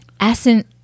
Asin